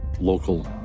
local